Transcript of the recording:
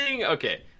Okay